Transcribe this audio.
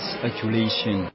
speculation